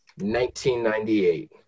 1998